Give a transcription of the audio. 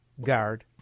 guard